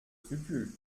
scrupules